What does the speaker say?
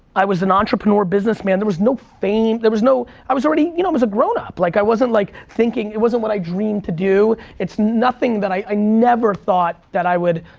i was an entrepreneur business man, there was no fame, there was no, i was already you know, i was a grown up. like i wasn't like thinking, it wasn't what i dreamed to do, it's nothing that i, i never thought that i would